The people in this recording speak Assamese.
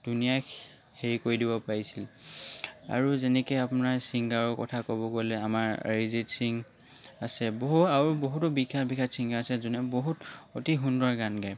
দুনীয়া হেৰি কৰি দিব পাৰিছিল আৰু যেনেকৈ আপোনাৰ ছিংগাৰৰ কথা ক'ব গ'লে আমাৰ অৰিজিত সিং আছে বহু আৰু বহুতো বিখ্যাত বিখ্যাত ছিংগাৰ আছে যোনে বহুত অতি সুন্দৰ গান গায়